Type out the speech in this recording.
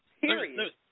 Period